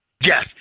Yes